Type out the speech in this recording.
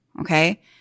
Okay